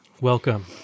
welcome